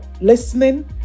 listening